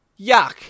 yuck